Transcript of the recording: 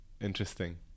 interesting